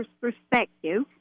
Perspective